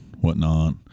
whatnot